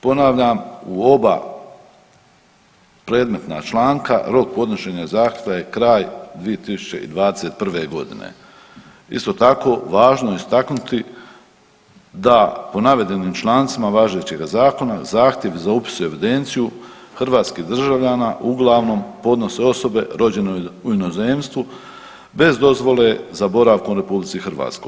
Ponavljam, u oba predmetna članka rok podnošenja zahtjeva je kraj 2021.g. Isto tako važno je istaknuti da po navedenim člancima važećega zakona zahtjev za upis u evidenciju hrvatskih državljana uglavnom podnose osobe rođene u inozemstvu bez dozvole za boravkom u RH.